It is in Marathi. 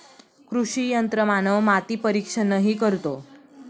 कृषी यंत्रमानव माती परीक्षणही करतो